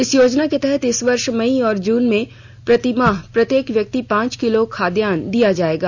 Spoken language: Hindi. इस योजना के तहत इस वर्ष मई और जून में प्रति माह प्रत्येक व्यक्ति पांच किलोग्राम खाद्यान्न दिया जाएगा